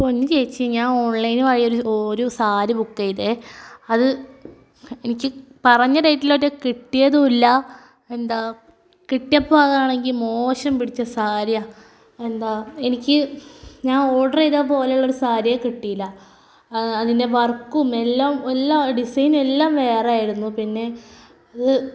പൊന്നു ചേച്ചീ ഞാൻ ഓൺലൈനിലായി ഒരു സാരി ബുക്ക് ചെയ്തേ അത് എനിക്ക് പറഞ്ഞ ഡെയ്റ്റിലേറ്റം കിട്ടിയതും ഇല്ല എന്താ കിട്ടിയപ്പം അതാണെങ്കിൽ മോശം പിടിച്ച സാരിയ എന്താ എനിക്ക് ഞാൻ ഓർഡർ ചെയ്തപോലുള്ളൊരു സാരിയെ കിട്ടിയില്ല അതിൻ്റെ വർക്കും എല്ലാ ഡിസൈൻ എല്ലാം വേറെയായിരുന്നു പിന്നെ അത്